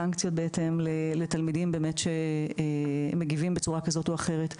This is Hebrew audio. סנקציות בהתאם לתלמידים באמת שמגיבים בצורה כזו או אחרת.